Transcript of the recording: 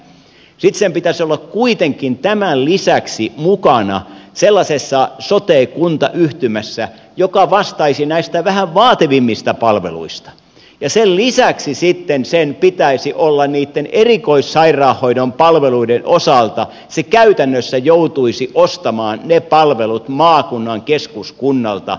sitten sen pitäisi olla kuitenkin tämän lisäksi mukana sellaisessa sote kuntayhtymässä joka vastaisi vähän vaativammista palveluista ja sen lisäksi sitten sen pitäisi olla niitten erikoissairaanhoidon palveluiden osalta se käytännössä joutuisi ostamaan ne palvelut maakunnan keskuskunnalta